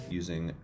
using